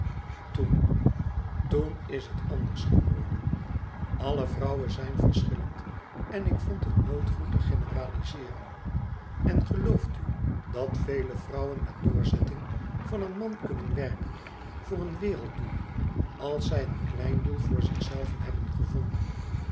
toen toen is het anders geworden alle vrouwen zijn verschillend en ik vond het nooit goed te generalizeeren en gelooft u dat vele vrouwen met de doorzetting van een man kunnen werken voor een werelddoel als zij een klein doel voor zichzelve hebben gevonden